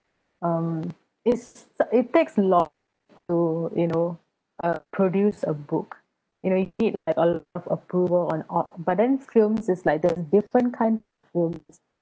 um it's it takes long to you know uh produce a book you know it need a lot of approval on but then films is like the different kind